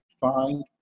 find